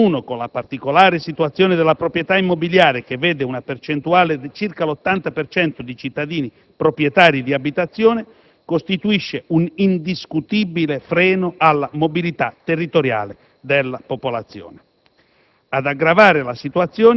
Tutto questo, in uno con la particolare situazione della proprietà immobiliare che vede una percentuale pari a circa l'80 per cento di cittadini proprietari di abitazione, costituisce un indiscutibile freno alla mobilità territoriale della popolazione.